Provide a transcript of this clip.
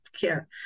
care